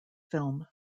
film